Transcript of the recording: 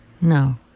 No